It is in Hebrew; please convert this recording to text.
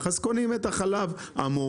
אז קונים את החלב המועשר,